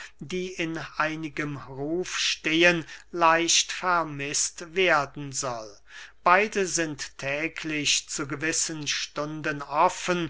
die in einigem ruf stehen leicht vermißt werden soll beide sind täglich zu gewissen